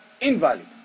Invalid